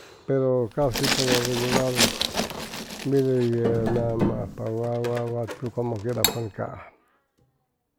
Pero cap shi por lo regular mit hʉy napa ajpa wa wa como quiera pʉn caa